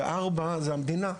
המדינה.